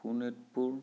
Sonitpur